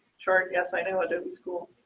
chart. yes, i know it doesn't school